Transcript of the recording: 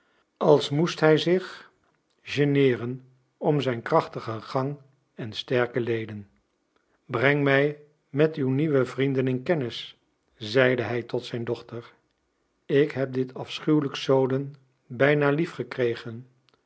als moest hij zich geneeren om zijn krachtigen gang en sterke leden breng mij met uw nieuwe vrienden in kennis zeide hij tot zijn dochter ik heb dit afschuwelijk soden bijna lief gekregen